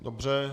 Dobře.